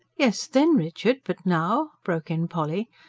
yes, then, richard but now? broke in polly.